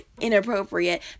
inappropriate